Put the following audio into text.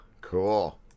Cool